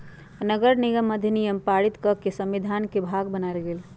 नगरनिगम अधिनियम पारित कऽ के संविधान के भाग बनायल गेल